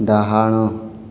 ଡାହାଣ